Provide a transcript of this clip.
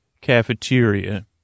cafeteria